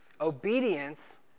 Obedience